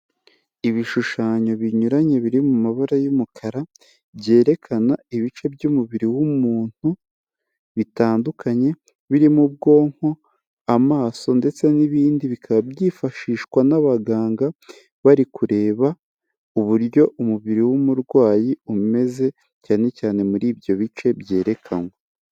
Ibishushanyo binyuranye biri mu mabara y'umukara, byerekana ibice by'umubiri w'umuntu bitandukanye, birimo ubwonko, amaso ndetse n'ibindi bikaba byifashishwa n'abaganga bari kureba uburyo umubiri w'umurwayi umeze, cyane cyane muri ibyo bice byerekanwa.